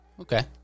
okay